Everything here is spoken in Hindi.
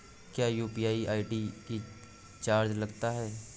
क्या यू.पी.आई आई.डी का चार्ज लगता है?